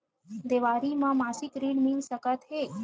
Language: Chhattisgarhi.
देवारी म मासिक ऋण मिल सकत हे?